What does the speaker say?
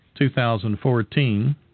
2014